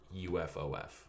UFOF